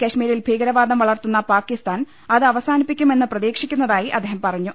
കശ്മീരിൽ ഭീകരവാദം വളർത്തുന്ന പാകിസ്താൻ അത് അവസാനിപ്പിക്കും എന്ന് പ്രതീക്ഷിക്കുന്നതായി അദ്ദേഹം പറഞ്ഞു